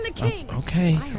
Okay